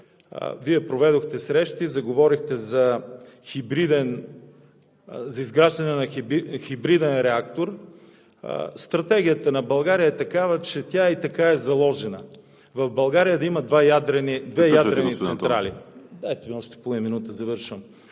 Вие проведохте срещи, заговорихте за изграждане на хибриден реактор. Стратегията на България е такава, тя и така е заложена – в България да има две ядрени централи. ПРЕДСЕДАТЕЛ ВАЛЕРИ СИМЕОНОВ: